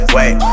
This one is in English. Wait